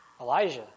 Elijah